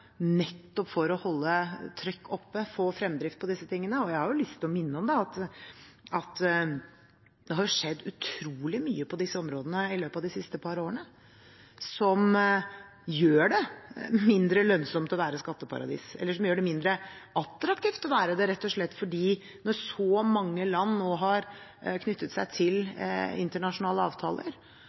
nettopp for å holde trykket oppe og få fremdrift på disse tingene. Jeg har lyst til å minne om at det har skjedd utrolig mye på disse områdene i løpet av de siste par årene, som gjør det mindre lønnsomt å være skatteparadis, eller som gjør det mindre attraktivt å være det, rett og slett fordi når så mange land nå har knyttet seg til internasjonale avtaler,